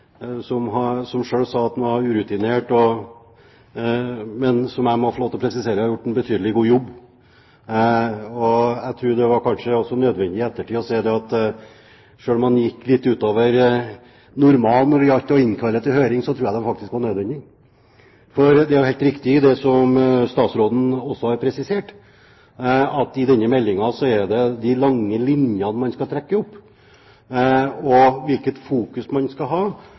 han har gjort en veldig god jobb, og selv om han gikk litt utover normalen når det gjaldt å innkalle til høring, så tror jeg det faktisk var nødvendig i ettertid. For det er jo helt riktig det som statsråden også har presisert, at i denne meldingen er det de lange linjene man skal trekke opp, hvilket fokus man skal ha,